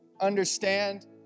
understand